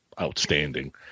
outstanding